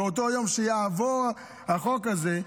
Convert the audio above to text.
באותו היום שיעבור החוק הזה,